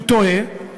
הוא טועה,